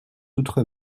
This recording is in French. outre